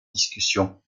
discussion